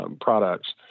products